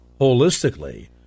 holistically